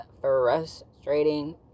frustrating